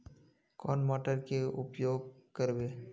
कौन मोटर के उपयोग करवे?